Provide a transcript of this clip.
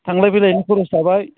थांलाय फैलायनि खरस थाबाय